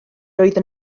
oeddwn